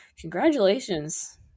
congratulations